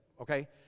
Okay